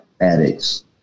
addicts